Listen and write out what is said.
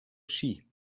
ski